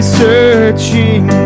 searching